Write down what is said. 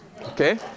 okay